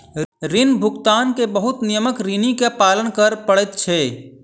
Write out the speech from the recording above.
ऋण भुगतान के बहुत नियमक ऋणी के पालन कर पड़ैत छै